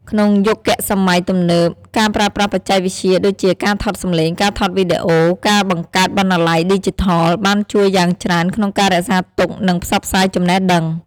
ក្នុងយុគសម័យទំនើប ការប្រើប្រាស់បច្ចេកវិទ្យាដូចជាការថតសំឡេង ការថតវីដេអូ និងការបង្កើតបណ្ណាល័យឌីជីថល បានជួយយ៉ាងច្រើនក្នុងការរក្សាទុក និងផ្សព្វផ្សាយចំណេះដឹង។